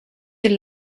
your